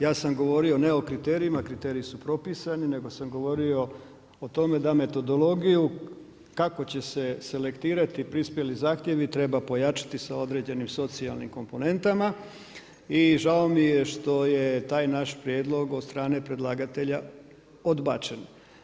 Ja sam govorio ne ok kriterijima, kriteriji su propisani, nego sam govorio o tome da metodologiju, kako će se selektirati prispjeli zahtjevu treba pojačati sa određenim socijalnim komponentama, i žao mi je što je taj naš prijedlog od strane predlagatelja odbačen.